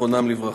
זיכרונם לברכה.